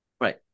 Right